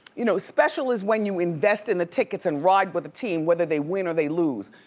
you know special is when you invest in the tickets and ride with the team whether they win or they lose.